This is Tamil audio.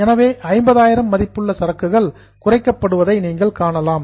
எனவே 50000 மதிப்புள்ள சரக்குகள் குறைக்கப்படுவதை நீங்கள் காணலாம்